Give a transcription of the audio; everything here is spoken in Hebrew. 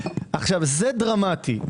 זה דרמטי.